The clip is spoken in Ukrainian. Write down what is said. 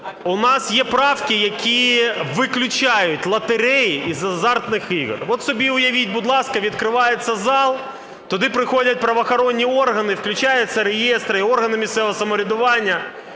У нас є правки, які виключають лотереї із азартних ігор. От собі уявіть, будь ласка, відкривається зал, туди приходять правоохоронні органи, включаються реєстри і органи місцевого самоврядування…